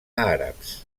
àrabs